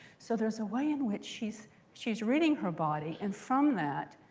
so there's a way in which she's she's reading her body and from that.